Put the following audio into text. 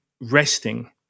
resting